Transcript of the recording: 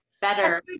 better